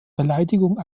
beleidigung